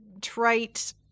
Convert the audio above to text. trite